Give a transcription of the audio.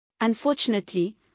Unfortunately